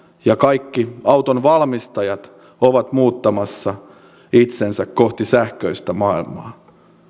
ja kaikki autonvalmistajat ovat muuttamassa itsensä kohti sähköistä maailmaa